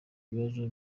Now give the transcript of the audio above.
ibibazo